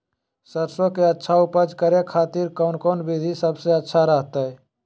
सरसों के अच्छा उपज करे खातिर कौन कौन विधि सबसे अच्छा रहतय?